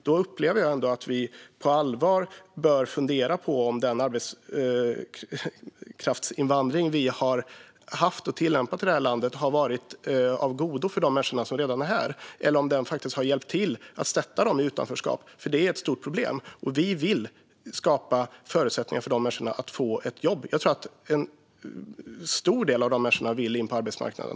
Jag upplever att vi på allvar bör fundera på om den arbetskraftsinvandring som vi har haft och tillämpat i detta land har varit av godo för de människor som redan är här eller om den faktiskt har hjälpt till att sätta dem i utanförskap. Detta är ett stort problem, och vi vill skapa förutsättningar för dessa människor att få ett jobb. Jag tror att en stor del av dessa människor vill komma in på arbetsmarknaden.